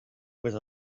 with